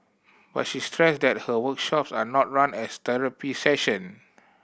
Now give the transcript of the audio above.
but she stressed that her workshops are not run as therapy session